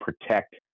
protect